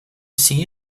see